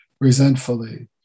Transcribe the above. resentfully